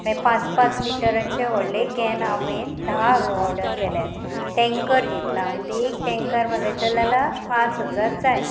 मागीर पांच पांच लिटराचे व्हडले कॅन हांवें धा ऑर्डर केल्यात टेंकर घेतला हांवें तेँ एक टेंकर मागयत जाल्यार पांच हजार जाय